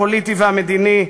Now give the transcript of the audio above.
הפוליטי והמדיני,